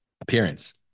appearance